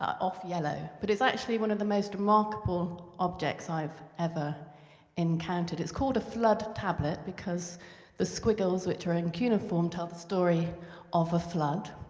off-yellow but it's actually one of the most remarkable objects i've ever encountered. it's called a flood tablet because the squiggles, which are in cuneiform, tell the story of a flood.